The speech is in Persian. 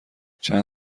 چند